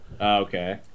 Okay